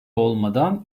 olmadan